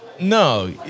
no